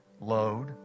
load